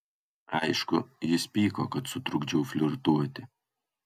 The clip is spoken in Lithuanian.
aišku jis pyko kad sutrukdžiau flirtuoti